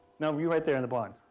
no. you right there in the black.